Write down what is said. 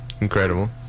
incredible